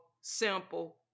simple